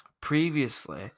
previously